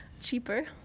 cheaper